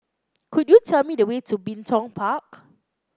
could you tell me the way to Bin Tong Park